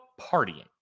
partying